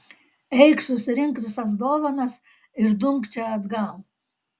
eik susirink visas dovanas ir dumk čia atgal